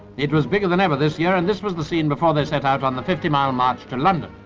it was bigger than ever this year and this was the scene before they set out on the fifty mile march to london.